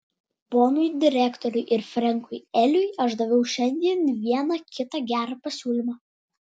ponui direktoriui ir frenkui eliui aš daviau šiandien vieną kitą gerą pasiūlymą